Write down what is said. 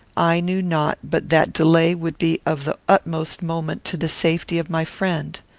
i knew not but that delay would be of the utmost moment to the safety of my friend.